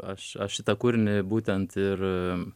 aš aš šitą kūrinį būtent ir